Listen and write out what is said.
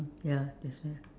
ya that's why